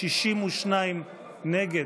62 נגד.